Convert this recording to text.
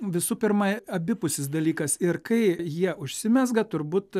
visų pirma abipusis dalykas ir kai jie užsimezga turbūt